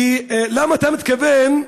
ולמה אתה מתכוון,